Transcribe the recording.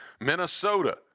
Minnesota